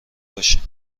باشیم